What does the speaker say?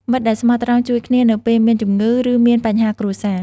មិត្តដែលស្មោះត្រង់ជួយគ្នា នៅពេលមានជម្ងឺ ឬមានបញ្ហាគ្រួសារ។